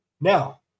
Now